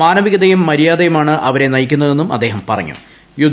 മാനവികതയും മര്യാദയുമാണ് അവരെ നയിക്കുന്നതെന്നും അദ്ദേഹം പറഞ്ഞു